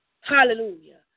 Hallelujah